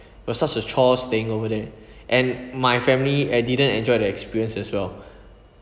for such a chores staying over there and my family they didn't enjoy the experience as well